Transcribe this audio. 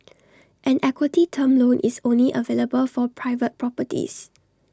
an equity term loan is only available for private properties